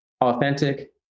authentic